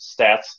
stats